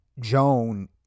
Joan